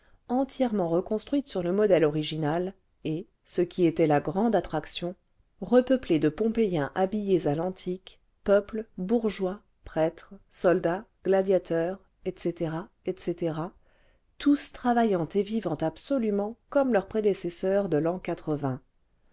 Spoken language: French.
entièrement reconstruite sur le modèle original et ce qui était la grande attraction repeuplée de pompéiens habillés à l'antique peuple bourgeois prêtres soldats gladiateurs etc etc tous travaillant et vivant absolument comme leurs prédécesseurs de l'an